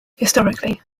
historically